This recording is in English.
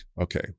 Okay